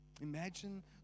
Imagine